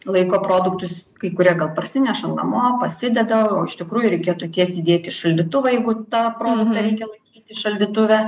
laiko produktus kai kurie gal parsineša namo pasideda o iš tikrųjų reikėtų tiesiai dėti šaldytuvą jeigu tą produktą reikia laikyti šaldytuve